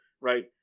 right